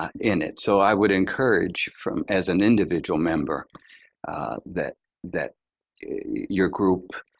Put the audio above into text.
in it. so i would encourage from as an individual member that that your group